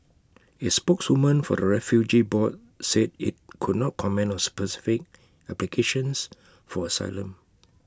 is spokeswoman for the refugee board said IT could not comment on specific applications for asylum